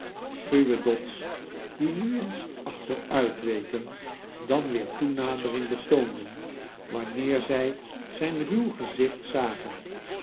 schuwe dots die nu eens achteruitweken dan weer toefnadering betoondien wanneer zij zijn ruw gezicht zagen